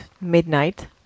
midnight